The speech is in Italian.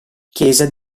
chiesa